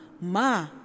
ma